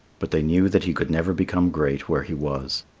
but they knew that he could never become great where he was,